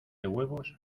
huevos